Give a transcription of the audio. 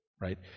right